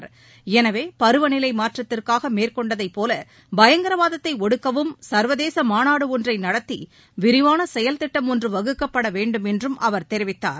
போல எனவே பருவநிலைமாற்றத்திற்காகமேற்கொண்டதைப் பயங்கரவாதத்தைஒடுக்கவும் சர்வதேசமாநாடுஒன்றைநடத்திவிரிவான செயல் ஒன்றுவகுக்கப்படவேண்டுமென்றும் திட்டம் அவர் தெரிவித்தார்